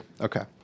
Okay